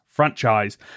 franchise